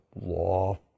law